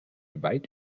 weit